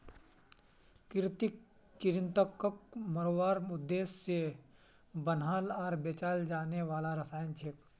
कृंतक कृन्तकक मारवार उद्देश्य से बनाल आर बेचे जाने वाला रसायन छे